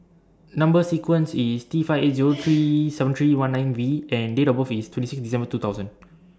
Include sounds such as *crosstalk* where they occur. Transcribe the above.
Number sequence IS T five eight Zero seven three *noise* one nine V and Date of birth IS twenty six December two thousand